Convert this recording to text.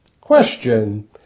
Question